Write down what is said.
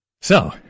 So